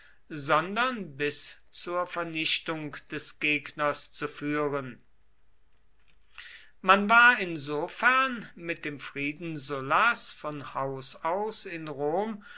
sondern bis zur vernichtung des gegners zu führen man war insofern mit dem frieden sullas von haus aus in rom